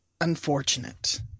Unfortunate